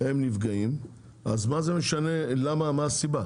הם נפגעים, אז מה זה משנה מה הסיבה ?